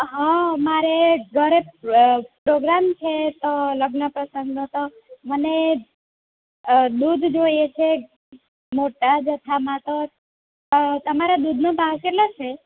હં મારે ઘરે પ્રોગ્રામ છે લગ્ન પ્રસંગનો તો મને દૂધ જોઈએ છે મોટા જથ્થામાં તો અં તમારા દૂધનો ભાવ કેટલો છે